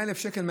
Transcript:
100,000 שקל,